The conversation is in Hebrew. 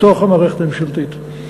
בתוך המערכת הממשלתית.